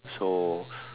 so